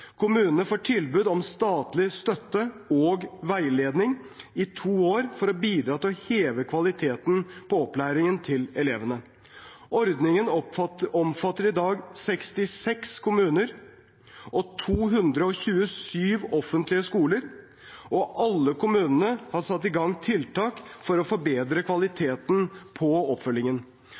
Kommunene får tilbud om statlig støtte og veiledning i to år for å bidra til å heve kvaliteten på opplæringen til elevene. Ordningen omfatter i dag 66 kommuner og 227 offentlige skoler, og alle kommunene har satt i gang tiltak for å forbedre kvaliteten på